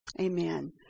Amen